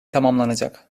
tamamlanacak